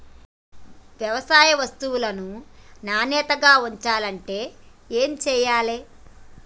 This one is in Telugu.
వ్యవసాయ వస్తువులను నాణ్యతగా ఉంచాలంటే ఏమి చెయ్యాలే?